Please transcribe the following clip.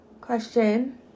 question